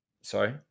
sorry